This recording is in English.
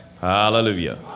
Hallelujah